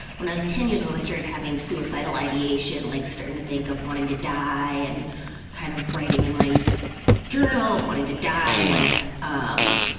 when i was ten years old, i started having suicidal ideation, like starting to think of wanting to die and kind of writing in my journal of wanting to die. like, um,